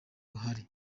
ahari